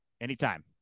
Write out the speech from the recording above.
anytime